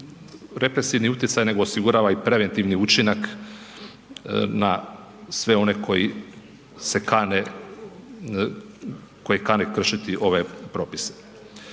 represivni utjecaj nego osigurava i preventivni učinak na sve oni koji kane kršiti ovaj propis.